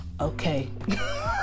okay